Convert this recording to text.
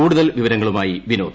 കൂടുതൽ വിവരങ്ങളുമായി വിനോദ്